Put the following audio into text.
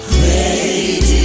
Great